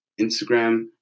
Instagram